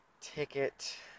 ticket